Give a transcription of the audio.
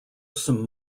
some